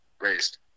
raised